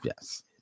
Yes